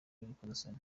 y’urukozasoni